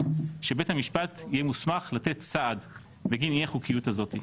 שבית המשפט יהיה מוסמך לתת סעד בגין אי החוקיות הזאת.